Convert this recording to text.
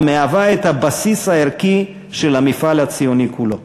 המהווה את הבסיס הערכי של המפעל הציוני כולו.